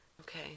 Okay